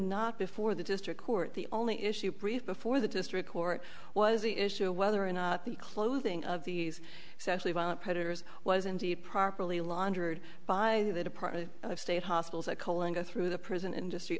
not before the district court the only issue brief before the district court was the issue of whether or not the clothing of these specially violent predators was indeed properly laundered by the department of state hospitals or coalinga through the prison industry